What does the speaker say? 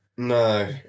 No